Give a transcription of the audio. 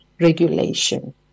regulation